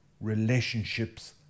relationships